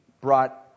brought